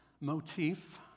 motif